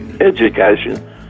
education